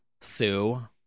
Sue